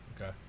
Okay